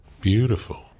Beautiful